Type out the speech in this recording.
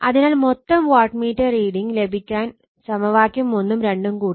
അതിനാൽ മൊത്തം watt meter reading ലഭിക്കാൻ സമവാക്യം 1 ഉം 2 ഉം കൂട്ടാം